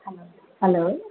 hello hello